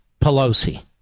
Pelosi